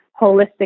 holistic